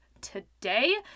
today